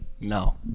no